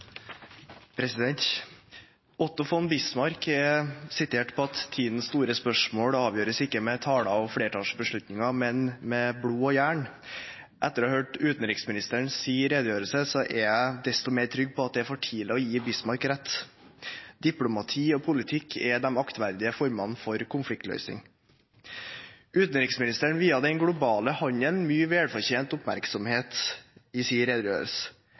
er sitert på at tidens store spørsmål ikke avgjøres med taler og flertallsbeslutninger, men med blod og jern. Etter å ha hørt utenriksministerens redegjørelse er jeg desto mer trygg på at det er for tidlig å gi Bismarck rett. Diplomati og politikk er de aktverdige formene for konfliktløsing. Utenriksministeren viet den globale handelen mye velfortjent oppmerksomhet i sin redegjørelse.